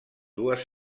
dues